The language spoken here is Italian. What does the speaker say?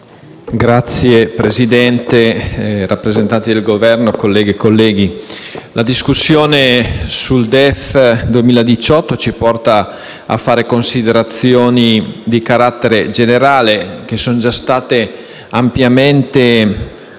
Signor Presidente, rappresentanti del Governo, colleghe e colleghi, la discussione sul DEF 2018 ci porta a fare considerazioni di carattere generale, che sono già state ampiamente